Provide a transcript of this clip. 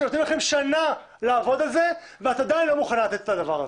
נותנים לכם שנה לעבוד על זה ואת עדיין לא מוכנה לתת את הדבר הזה.